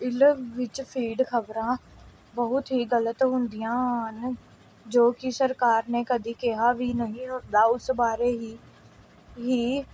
ਇਲ ਵਿੱਚ ਫੀਡ ਖਬਰਾਂ ਬਹੁਤ ਹੀ ਗਲਤ ਹੁੰਦੀਆਂ ਹਨ ਜੋ ਕਿ ਸਰਕਾਰ ਨੇ ਕਦੇ ਕਿਹਾ ਵੀ ਨਹੀਂ ਹੁੰਦਾ ਉਸ ਬਾਰੇ ਹੀ ਹੀ